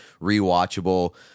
rewatchable